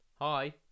Hi